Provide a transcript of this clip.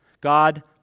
God